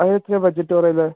അത് എത്രയാ ബഡ്ജറ്റ് വരുന്നത്